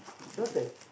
daughter